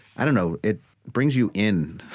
i don't know, it brings you in.